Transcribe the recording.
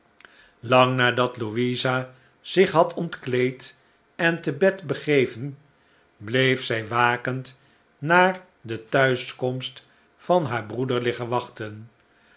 lang nadat louisa zich had ontkleed en te bed begeven bleef zij wakend naar de thuiskomst van haar breeder liggen wachten